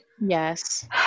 Yes